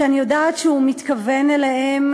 שאני יודעת שהוא מתכוון אליהן,